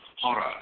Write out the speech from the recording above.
horror